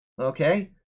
Okay